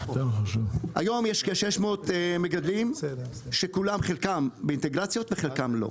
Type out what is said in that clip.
היום יש כ-600 מגדלים שחלקם באינטגרציות וחלקם לא.